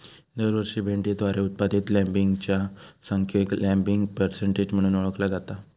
दरवर्षी भेंडीद्वारे उत्पादित लँबिंगच्या संख्येक लँबिंग पर्सेंटेज म्हणून ओळखला जाता